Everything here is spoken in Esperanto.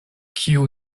kiu